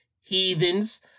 heathens